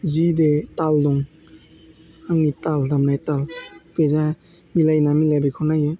जा बे टाल दं आंनि टाल दामनायथा बेजों मिलायोना मिलाया बेखौ नायो